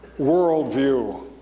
worldview